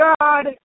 God